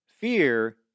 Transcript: fear